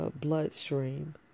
bloodstream